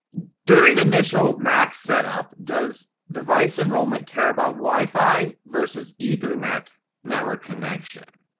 during initial max setup does device enrollment care about wifi versus ethernet network connection.